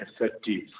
effective